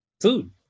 food